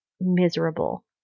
miserable